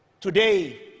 Today